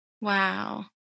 Wow